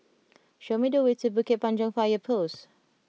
show me the way to Bukit Panjang Fire Post